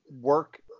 work